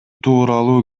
тууралуу